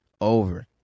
over